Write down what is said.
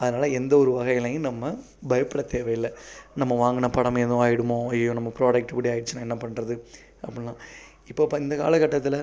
அதனால் எந்த ஒரு வகையிலியும் நம்ம பயப்படத் தேவையில்லை நம்ம வாங்கின பணம் எதுவும் ஆகிடுமோ ஐயோ நம்ம ப்ராடெக்ட் இப்படி ஆகிடுச்சினா என்ன பண்றது அப்படி இப்போது இந்த காலகட்டத்தில்